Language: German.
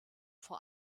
vor